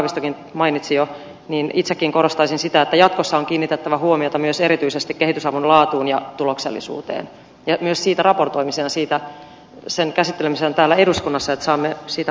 haavistokin mainitsi jo itsekin korostaisin sitä että jatkossa on kiinnitettävä huomiota myös erityisesti kehitysavun laatuun ja tuloksellisuuteen myös siitä raportoimiseen ja sen käsittelemiseen täällä eduskunnassa että saamme siitä parempaa tietoa